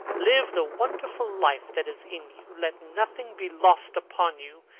live the wonderful life that is in you! let nothing be lost upon you.